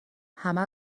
همه